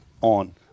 on